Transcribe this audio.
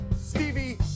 Stevie